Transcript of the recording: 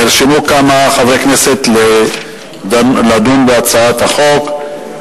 נרשמו כמה חברי כנסת לדון בהצעת החוק.